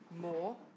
more